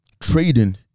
trading